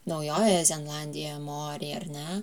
naujojoje zelandijoje moriai ar ne